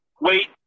wait